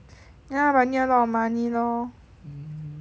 ya but need a lot of money lor